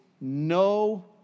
no